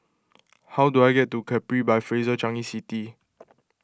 how do I get to Capri by Fraser Changi City